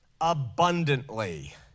abundantly